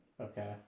Okay